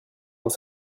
dans